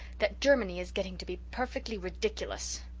that germany is getting to be perfectly ridiculous.